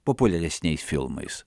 populiaresniais filmais